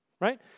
right